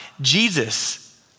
Jesus